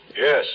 Yes